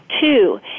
Two